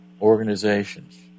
organizations